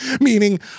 Meaning